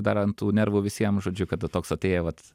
dar ant tų nervų visiem žodžiu kada toks atėję vat